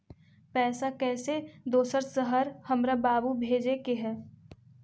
पैसा कैसै दोसर शहर हमरा बाबू भेजे के है?